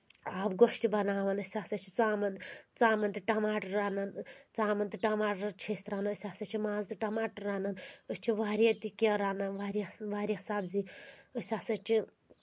آبہٕ گۄش تہٕ بَناوَان أسۍ ہسا چھِ ژامَن ژامَن تہِ ٹماٹر رَنان ژامَن تہٕ ٹماٹر چھِ أسۍ رَنان أسۍ ہسا چھِ مازٕ تہٕ ٹماٹر رَنان أسۍ چھِ واریاہ تہِ کینٛہہ رَنان واریاہ واریاہ سَبزی أسۍ ہسا چھِ